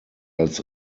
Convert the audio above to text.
als